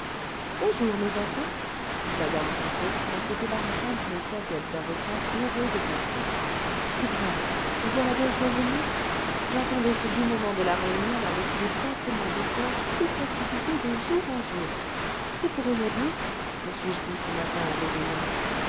bonjour mes enfants dit mmo ponto en se débarassant d'une serviette d'avocat bourrée de papiers eh bien vous voilà donc revenues j'attendais ce doux moment de la réunion avec des battements de coeur plus précipités détour en jour c'est pour aujourd'hui me suis-je dit ce matin en m'éveillant